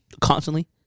constantly